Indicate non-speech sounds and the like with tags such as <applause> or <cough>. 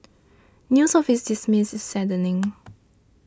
news of his demise is saddening <noise>